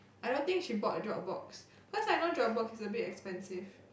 I don't think she bought Dropbox cause I know Dropbox is a bit expensive